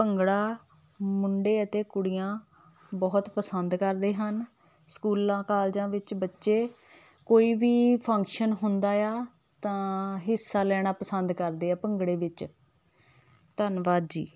ਭੰਗੜਾ ਮੁੰਡੇ ਅਤੇ ਕੁੜੀਆਂ ਬਹੁਤ ਪਸੰਦ ਕਰਦੇ ਹਨ ਸਕੂਲਾਂ ਕਾਲਜਾਂ ਵਿੱਚ ਬੱਚੇ ਕੋਈ ਵੀ ਫੰਕਸ਼ਨ ਹੁੰਦਾ ਆ ਤਾਂ ਹਿੱਸਾ ਲੈਣਾ ਪਸੰਦ ਕਰਦੇ ਆ ਭੰਗੜੇ ਵਿੱਚ ਧੰਨਵਾਦ ਜੀ